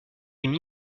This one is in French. une